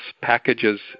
packages